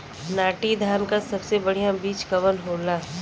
नाटी धान क सबसे बढ़िया बीज कवन होला?